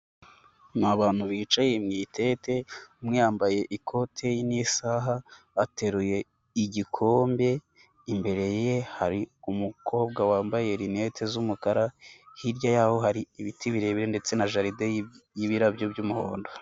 Ni abantu bicaye mu itete, umwe yambaye ikote n'isaha ateruye igikombe imbere ye hari umukobwa wambaye rinete z'umukara, hirya yaho hari ibiti birebire ndetse na jaride y'ibirabyo by'umuhondo.